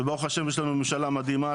וברוך השם יש לנו עכשיו ממשלה מדהימה